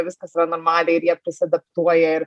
viskas normaliai ir jie prisiadaptuoja ir